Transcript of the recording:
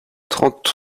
trente